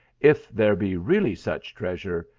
if there be really such treasure,